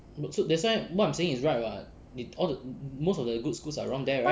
so that's why what I am saying is right [what] most of the good schools are around there right